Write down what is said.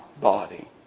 body